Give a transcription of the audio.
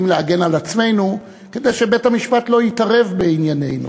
צריכים להגן על עצמנו כדי שבית-המשפט לא יתערב בעניינינו.